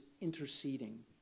interceding